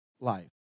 life